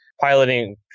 piloting